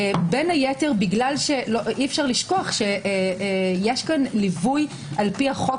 בין היתר כי אי אפשר לשכוח שיש פה ליווי לפי החוק